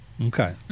okay